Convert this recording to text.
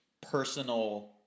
personal